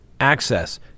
access